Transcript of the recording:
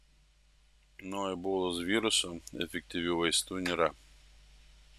nuo ebolos viruso efektyvių vaistų nėra